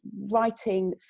writing